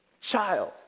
child